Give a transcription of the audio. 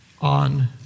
on